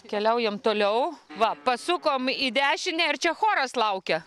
keliaujam toliau va pasukom į dešinę ir čia choras laukia